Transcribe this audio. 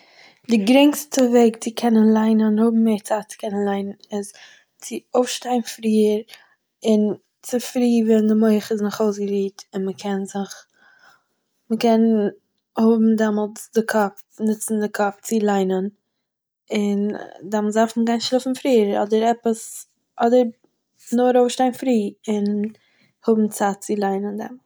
די גרינגסטע וועג צו קענען ליינען און האבן מער צייט צו קענען ליינען איז, צו אויפשטיין פריער, און צופרי ווען די מח איז נאך אויסגערוהט און מ'קען זיך- מ'קען האבן דעמאלטס די קאפ, ניצן די קאפ צו ליינען און, דאמאלטס דארף מען גיין שלאפן פריער, אדער עפעס- אדער נאר אויפשטיין פרי, און האבן צייט צו ליינען דעמאלטס